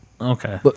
Okay